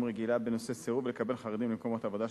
בנושא: סירוב לקבל חרדים למקומות עבודה,